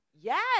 Yes